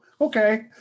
okay